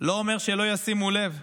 לא אומרת שלא ישימו לב,